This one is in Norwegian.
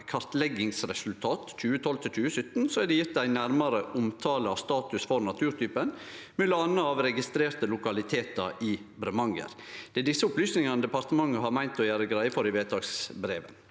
kartleggingsresultater 2012–2017, er det gjeve ei nærmare omtale av status for naturtypen, m.a. av registrerte lokalitetar i Bremanger. Det er desse opplysningane departementet har meint å gjere greie for i vedtaksbrevet.